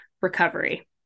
recovery